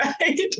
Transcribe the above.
right